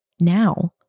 Now